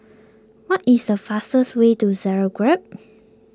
what is the fastest way to Zagreb